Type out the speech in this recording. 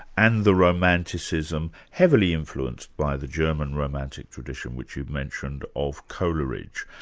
and the romanticism, heavily influenced by the german romantic tradition, which you've mentioned, of coleridge.